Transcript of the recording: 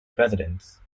presidents